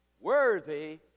worthy